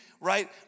right